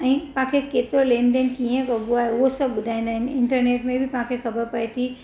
ऐं तव्हांखे केतिरो लेन देन कीअं कॿो आहे उहो सभु ॿुधाईंदा आहिनि इंटर्नेट में बि तव्हांखे ख़बर पए थी